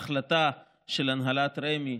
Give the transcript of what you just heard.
ההחלטה של הנהלת רמ"י,